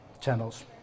channels